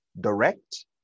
Direct